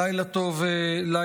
לילה טוב לכולם.